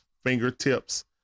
fingertips